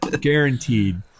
guaranteed